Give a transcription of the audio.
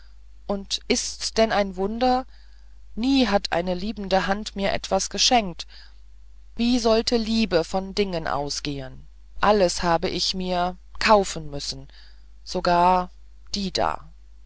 und ist's denn ein wunder nie hat eine liebende hand mir etwas geschenkt wie sollte liebe von dingen ausgehen alles habe ich mir kaufen müssen sogar die da